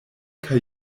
kaj